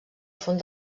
font